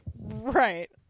Right